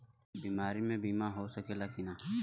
बीमारी मे बीमा हो सकेला कि ना?